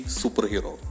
superhero